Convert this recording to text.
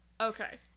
Okay